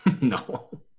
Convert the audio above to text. No